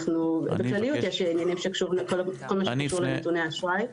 בכלליות יש עניינים שקשורים לכל מה שקשור לנתוני האשראי.